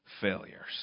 failures